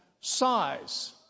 size